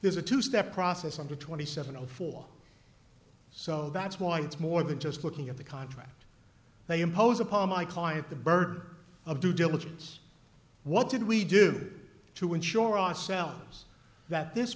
a two step process on the twenty seven zero four so that's why it's more than just looking at the contract they impose upon my client the bird of due diligence what did we do to ensure ourselves that this